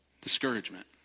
Discouragement